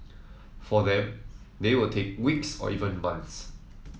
for them they will take weeks or even months